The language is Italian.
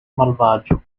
malvagio